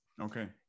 Okay